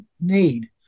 need